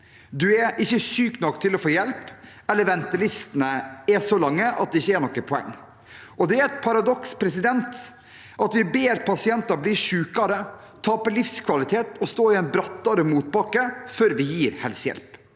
at du ikke er syk nok til å få hjelp, det andre er at ventelistene er så lange at det ikke er noe poeng. Det er et paradoks at vi ber pasienter om å bli sykere, tape livskvalitet og stå i en brattere motbakke før vi gir helsehjelp.